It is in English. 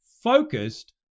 focused